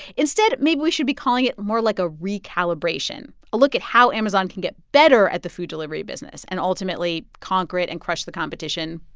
instead, maybe we should be calling it more like a recalibration, a look at how amazon can get better at the food delivery business and ultimately conquer it and crush the competition,